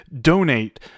donate